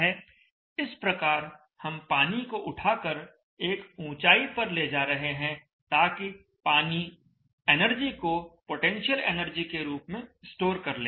इस प्रकार हम पानी को उठाकर एक ऊंचाई पर ले जा रहे हैं ताकि पानी एनर्जी को पोटेंशियल एनर्जी के रूप में स्टोर कर ले